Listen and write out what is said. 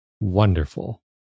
wonderful